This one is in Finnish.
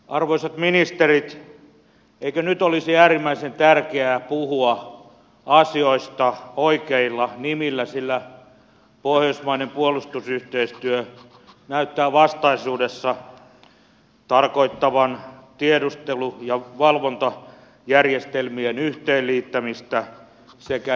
arvoisat ministerit eikö nyt olisi äärimmäisen tärkeää puhua asioista oikeilla nimillä sillä pohjoismainen puolustusyhteistyö näyttää vastaisuudessa tarkoittavan tiedustelu ja valvontajärjestelmien yhteen liittämistä sekä yhteisiä materiaalihankintoja